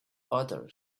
other